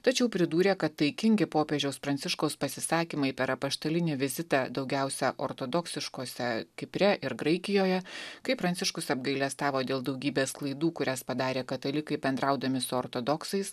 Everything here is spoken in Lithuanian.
tačiau pridūrė kad taikingi popiežiaus pranciškaus pasisakymai per apaštalinį vizitą daugiausia ortodoksiškose kipre ir graikijoje kai pranciškus apgailestavo dėl daugybės klaidų kurias padarė katalikai bendraudami su ortodoksais